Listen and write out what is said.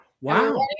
wow